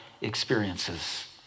experiences